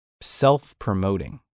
self-promoting